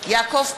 יעקב פרי,